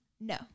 No